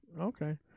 Okay